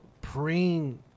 praying